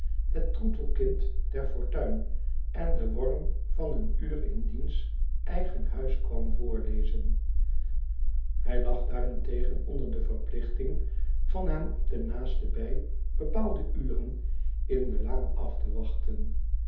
het troetelkind der fortuin en den worm van een uur in diens eigen huis kwam voorlezen hij lag daarentegen onder de verplichting van hem op ten naastenbij bepaalde uren in de laan af te wachten